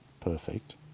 perfect